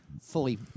fully